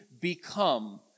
become